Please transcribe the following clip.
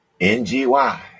NGY